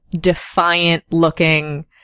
defiant-looking